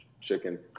chicken